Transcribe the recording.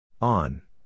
on